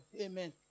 Amen